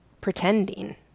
pretending